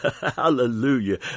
hallelujah